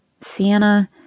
Sienna